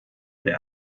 der